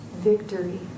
victory